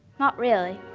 not really.